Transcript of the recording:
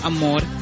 Amor